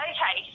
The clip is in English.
Okay